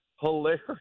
hilarious